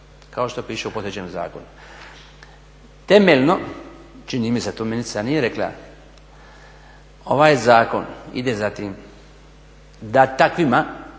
kao što piše u zakonu. Temeljno, čini mi se, to ministrica nije rekla, ovaj zakon ide za tim da takvima,